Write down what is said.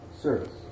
service